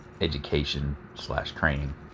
education-slash-training